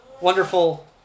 wonderful